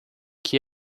que